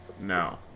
No